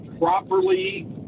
properly